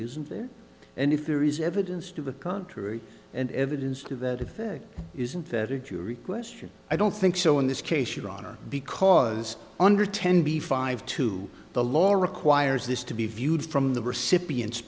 isn't there and if there is evidence to the contrary and evidence to that effect isn't that a jury question i don't think so in this case your honor because under ten b five two the law requires this to be viewed from the recipient